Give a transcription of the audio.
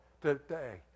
today